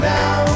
now